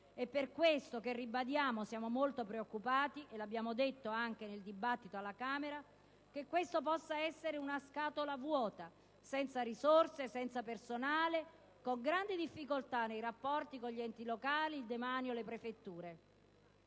È per questo che ribadiamo la nostra preoccupazione - lo abbiamo detto anche nel dibattito alla Camera - che questo strumento possa essere una scatola vuota, senza risorse, senza personale, con grande difficoltà nei rapporti con gli enti locali, il demanio e le prefetture.